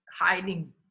hiding